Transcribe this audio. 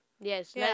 Yes